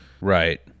Right